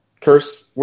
curse